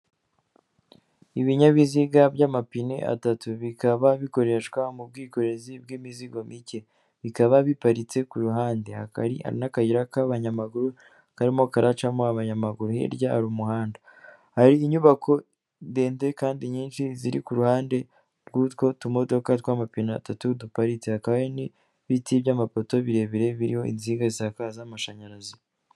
Ibinyabiziga by'amapine atatu bikaba bikoreshwa mu bwikorezi bw'imizigo mike, bikaba biparitse ku ruhande hakaba n'akayira k'abanyamaguru karimo karacamo abanyamaguru hirya hari umuhanda, hari inyubako ndende kandi nyinshi ziri kuru ruhande rw'utwo tumodoka tw'amapine atatu duparitse, hakaba n'ibiti by'amapoto birebire biriho insinga zisakaza amashanyarazi.